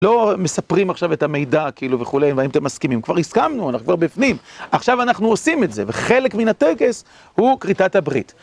לא מספרים עכשיו את המידע כאילו וכולי, והאם אתם מסכימים. כבר הסכמנו, אנחנו כבר בפנים. עכשיו אנחנו עושים את זה, וחלק מן הטקס הוא כריתת הברית.